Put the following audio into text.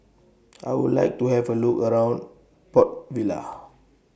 I Would like to Have A Look around Port Vila